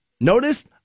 Notice